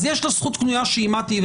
אז יש לה זכות קנויה להיות עם אמה.